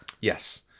Yes